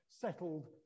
settled